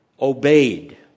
obeyed